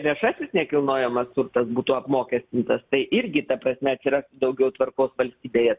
viešasis nekilnojamas turtas būtų apmokestintas tai irgi ta prasme atsiras daugiau tvarkos valstybėje